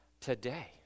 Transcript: today